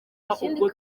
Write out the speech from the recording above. ikindi